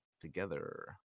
together